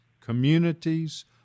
communities